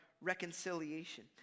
reconciliation